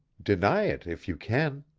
deny it if you can.